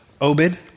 Obed